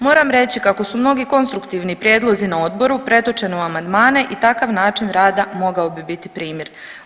Moram reći kako su mnogi konstruktivni prijedlozi na Odboru pretočeni u amandmane i takav način rada mogao bi biti primjer.